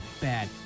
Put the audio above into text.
bad